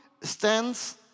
stands